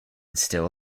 still